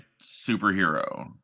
superhero